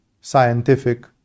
scientific